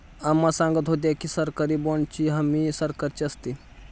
अम्मा सांगत होत्या की, सरकारी बाँडची हमी सरकारची असते